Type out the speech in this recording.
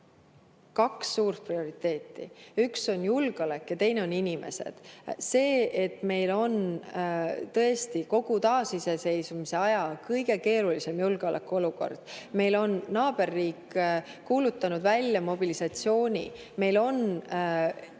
kaks suurt prioriteeti: üks on julgeolek ja teine on inimesed. See, et meil on tõesti kogu taasiseseisvuse aja kõige keerulisem julgeolekuolukord, meie naaberriik on kuulutanud välja mobilisatsiooni, meil on